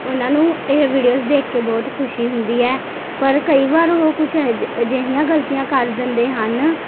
ਉਹਨਾਂ ਨੂੰ ਇਹ ਵੀਡੀਓਜ਼ ਦੇਖ ਕੇ ਬਹੁਤ ਖੁਸ਼ੀ ਹੁੰਦੀ ਹੈ ਪਰ ਕਈ ਵਾਰ ਓਹ ਕੁਛ ਅਜਿਹੀਆਂ ਗਲਤੀਆਂ ਕਰ ਦਿੰਦੇ ਹਨ